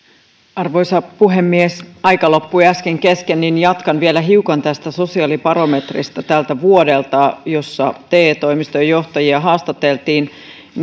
arvoisa puhemies kun aika loppui äsken kesken niin jatkan vielä hiukan tästä sosiaalibarometrista tältä vuodelta jossa te toimistojen johtajia haastateltiin